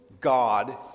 god